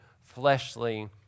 fleshly